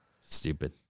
Stupid